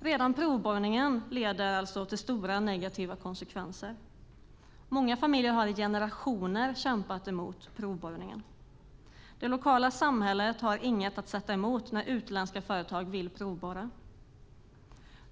Redan provborrningen får alltså stora negativa konsekvenser. Många familjer har i generationer kämpat emot provborrningen. Det lokala samhället har inget att sätta emot när utländska företag vill provborra.